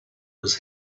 was